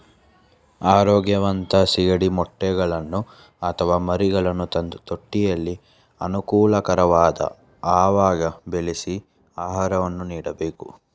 ಆರೋಗ್ಯವಂತ ಸಿಗಡಿ ಮೊಟ್ಟೆಗಳನ್ನು ಅಥವಾ ಮರಿಗಳನ್ನು ತಂದು ತೊಟ್ಟಿಯಲ್ಲಿ ಅನುಕೂಲಕರವಾದ ಅವಾಗ ಬೆಳೆಸಿ ಆಹಾರವನ್ನು ನೀಡಬೇಕು